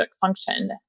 function